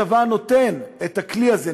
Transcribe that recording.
הצבא נותן את הכלי הזה,